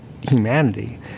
humanity